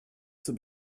zum